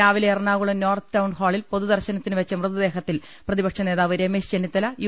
രാവിലെ Ernakulam north town ഹാളിൽ പൊതുദർശ്നത്തിനുവെച്ച മൃത ദേഹത്തിൽ പ്രതിപക്ഷ നേതാവ് രമേശ് ചെന്നിത്തല യു